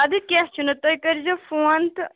اَدٕ کیٚنٛہہ چھُنہٕ تُہۍ کٔرۍزیٚو فون تہٕ